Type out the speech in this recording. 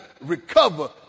recover